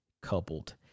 coupled